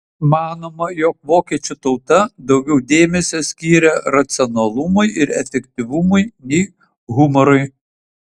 manoma jog vokiečių tauta daugiau dėmesio skiria racionalumui ir efektyvumui nei humorui